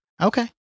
Okay